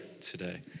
today